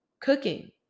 Cooking